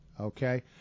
okay